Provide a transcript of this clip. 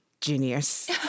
genius